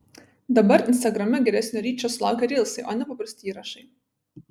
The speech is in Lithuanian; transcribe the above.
dabar instagrame geresnio ryčo sulaukia rylsai o ne paprasti įrašai